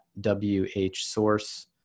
WHSource